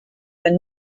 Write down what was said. are